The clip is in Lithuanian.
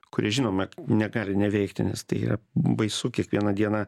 kurie žinoma negali neveikti nes tai yra baisu kiekvieną dieną